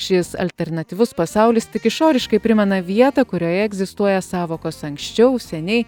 šis alternatyvus pasaulis tik išoriškai primena vietą kurioje egzistuoja sąvokos anksčiau seniai